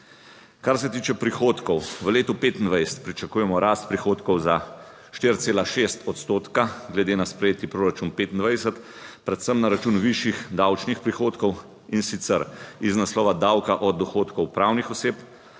Kar se tiče prihodkov, v letu 2025 pričakujemo rast prihodkov za 4,6 odstotka glede na sprejeti proračun 2025, predvsem na račun višjih davčnih prihodkov, in sicer iz naslova davka od dohodkov pravnih oseb,